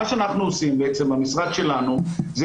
מה שהמשרד שלנו עושים,